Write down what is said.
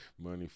Money